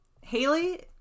Haley